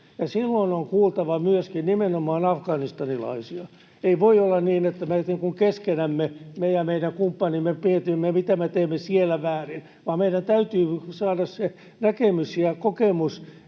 silloin on kuultava myöskin nimenomaan afganistanilaisia. Ei voi olla niin, että me keskenämme, me ja meidän kumppanimme, mietimme, mitä me teimme siellä väärin, vaan meidän täytyy saada se näkemys ja kokemus